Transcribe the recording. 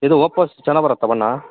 ಇದು ಓಪೊಸ್ ಚೆನ್ನಾಗಿ ಬರುತ್ತ ಬಣ್ಣ